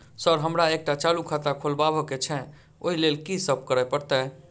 Sir हमरा एकटा चालू खाता खोलबाबह केँ छै ओई लेल की सब करऽ परतै?